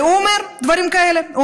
והוא אומר דברים כאלה,